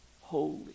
holy